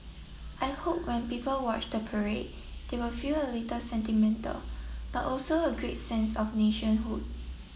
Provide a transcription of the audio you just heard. I hope when people watch the parade they will feel a little sentimental but also a great sense of nationhood